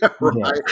right